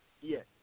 Yes